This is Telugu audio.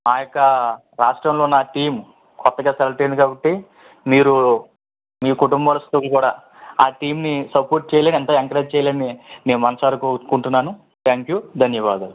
మా యొక్క రాష్ట్రంలో నా టీమ్ కొత్తగా సెలెక్ట్ అయ్యింది కాబట్టి మీరు మీ కుటుంబాలతోటి కూడా ఆ టీమ్ని సపోర్ట్ చెయ్యాలని అంటే ఎంకరేజ్ చెయ్యాలని నేను మనసారా కోరుకుంటున్నాను థ్యాంక్యు ధన్యావాదాలు